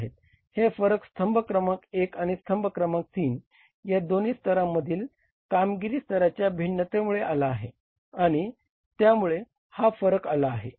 हे फरक स्तंभ क्रमांक 1 आणि स्तंभ क्रमांक 3 या दोन स्तंभामधील कामगिरी स्तराच्या भिन्नतेमुळे आला आहे आणि त्यामुळे हा फरक आला आहे